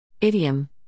Idiom